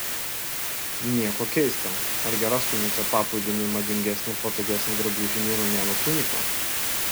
nieko keista argi rastumėte paplūdimiui madingesnį ir patogesnį drabužį nei romėnų tunika